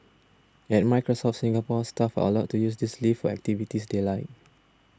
at Microsoft Singapore staff are allowed to use this leave for activities they like